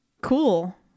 Cool